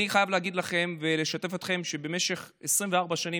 אני חייב להגיד לכם ולשתף אתכם שבמשך 24 שנים